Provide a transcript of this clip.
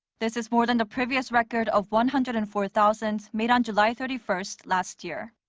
this is more than the previous record of one hundred and four thousand, made on july thirty first last year.